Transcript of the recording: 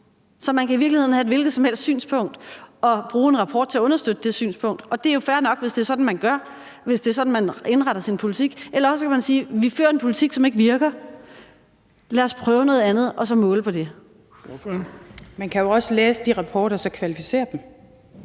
Så kan man i virkeligheden have et hvilket som helst synspunkt og bruge en rapport til at understøtte det synspunkt. Og det er jo fair nok, hvis det er sådan, man gør, og hvis det er sådan, man indretter sin politik. Eller også kan man sige: Vi fører en politik, som ikke virker – lad os prøve noget andet og så måle på det. Kl. 16:38 Den fg. formand (Erling